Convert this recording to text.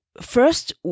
first